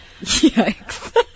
Yikes